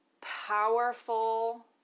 powerful